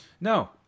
No